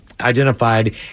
identified